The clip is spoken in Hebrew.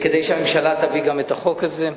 כדי שהממשלה תביא גם את החוק הזה.